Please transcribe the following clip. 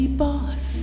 boss